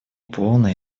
полная